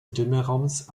mittelmeerraums